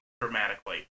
dramatically